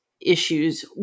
issues